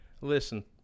Listen